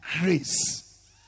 grace